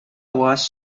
was